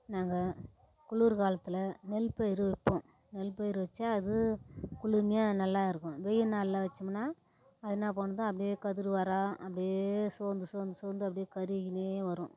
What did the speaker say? நாங்கள் குளிர் காலத்தில் நெல் பயிர் வைப்போம் நெல் பயிர் வச்சால் அது குளுமையாக நல்லா இருக்கும் வெயில் நாளில் வச்சோமுன்னால் அது என்ன பண்ணுதோ அப்படியே கதிர் வரும் அப்படியே சோர்ந்து சோர்ந்து சோர்ந்து அப்படியே கருகினே வரும்